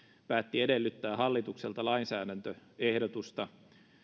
päätti edellyttää hallitukselta lainsäädäntöehdotusta